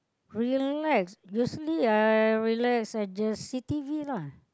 relax you see ah relax and just see t_v lah